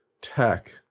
tech